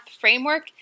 framework